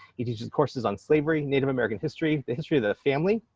he teaches courses on slavery, native american history, the history of the family,